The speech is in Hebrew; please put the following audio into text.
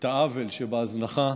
את העוול שבהזנחה,